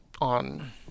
on